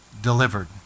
delivered